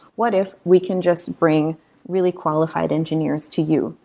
what if we can just bring really qualified engineers to you?